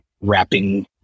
wrapping